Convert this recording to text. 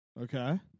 Okay